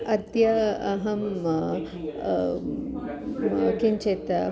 अद्य अहं किञ्चित्